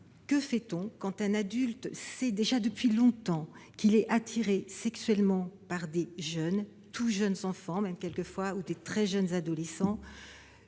Que fait-on quand un adulte sait déjà depuis longtemps qu'il est attiré sexuellement par de jeunes, tout jeunes enfants, ou de très jeunes adolescents ?